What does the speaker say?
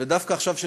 ודווקא עכשיו,